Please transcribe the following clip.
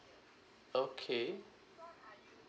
okay